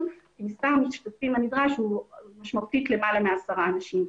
אם מספר המשתתפים הנדרש הוא משמעותית למעלה מ-10 אנשים.